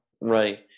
Right